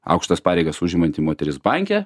aukštas pareigas užimanti moteris banke